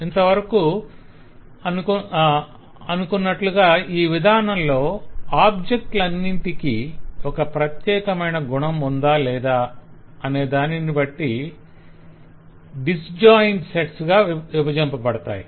మనమింతకు ముందు అనుకున్నట్లుగానే ఈ విధానంలో ఆబ్జెక్ట్ లన్నింటికి ఒక ప్రత్యేకమైన గుణం ఉందా లేదా అనే దానిని బట్టి డిస్స్జాయింట్ సెట్స్ గా విభజింప పడతాయి